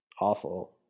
awful